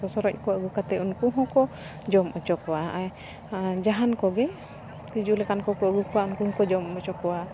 ᱥᱚᱥᱨᱚᱡ ᱠᱚ ᱟᱹᱜᱩ ᱠᱟᱛᱮ ᱩᱱᱠᱩ ᱦᱚᱸᱠᱚ ᱡᱚᱢ ᱦᱚᱪᱚ ᱠᱚᱣᱟ ᱡᱟᱦᱟᱱ ᱠᱚᱜᱮ ᱛᱤᱡᱩ ᱞᱮᱠᱟᱱ ᱠᱚᱠᱚ ᱟᱹᱜᱩ ᱠᱚᱣᱟ ᱩᱱᱠᱩ ᱦᱚᱸᱠᱚ ᱡᱚᱢ ᱦᱚᱪᱚ ᱠᱚᱣᱟ